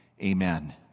Amen